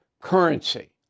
currency